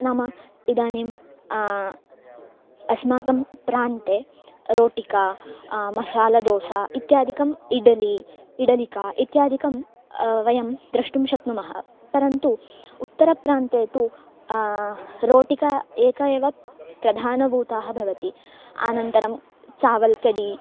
नाम इदानीम् अस्माकं प्रान्ते रोटिका मशाल दोसा इत्यादिकम् इडली इडलिका इत्यादिकं वयं द्रष्टुं शक्नुमः परन्तु उत्तरप्रान्ते तु रोटिका एका एव प्रधानभूता भवति आनन्तरं चावल् कडि